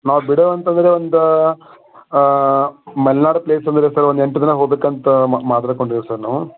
ನಾವು ಬಿಡೋದು ಅಂತಂದ್ರೆ ಒಂದು ಮಲ್ನಾಡು ಪ್ಲೇಸ್ ಅಂದರೆ ಸರ್ ಒಂದು ಎಂಟು ದಿನ ಹೋಗ್ಬೇಕಂತ ಮಾತಾಡ್ಕೊಂಡೀವಿ ಸರ್ ನಾವು